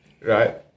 right